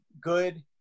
good